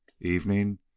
evening